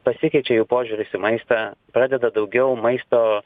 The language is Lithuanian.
pasikeičia jų požiūris į maistą pradeda daugiau maisto